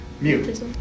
Mute